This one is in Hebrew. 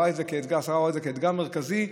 השרה רואה את זה כאתגר מרכזי,